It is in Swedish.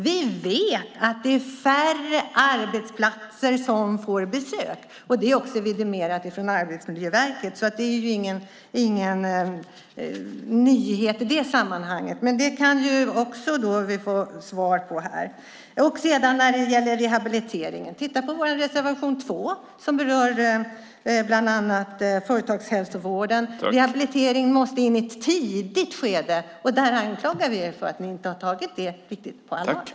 Vi vet att det är färre arbetsplatser som får besök. Det är också vidimerat av Arbetsmiljöverket, så det är ingen nyhet i det sammanhanget. Men det kan vi ju kanske också få svar på här. När det gäller rehabiliteringen: Titta på vår reservation 2 som berör bland annat företagshälsovården! Rehabiliteringen måste in i ett tidigt skede, och vi anklagar er för att inte ha tagit det riktigt på allvar.